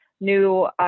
new